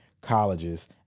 colleges